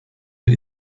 mit